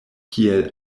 kiel